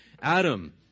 Adam